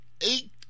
eight